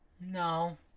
No